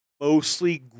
mostly